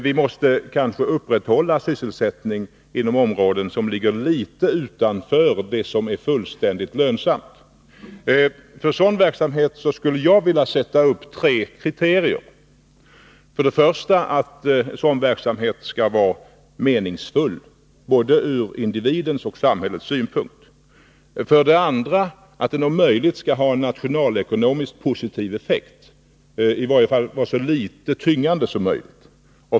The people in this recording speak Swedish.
Vi måste kanske upprätthålla sysselsättning inom områden som ligger litet utanför det som är fullständigt lönsamt. För sådan verksamhet skulle jag vilja sätta upp tre kriterier. För det första: Sådan verksamhet skall vara meningsfull, både ur individens och ur samhällets synpunkt. För det andra: Den skall om möjligt ge en positiv nationalekonomisk effekt, i varje fall vara så litet tyngande som möjligt.